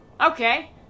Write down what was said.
okay